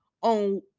on